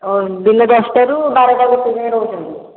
ଦିନ ଦଶଟାରୁ ବାରଟା ଗୋଟାଏ ଯାଏଁ ରହୁଛନ୍ତି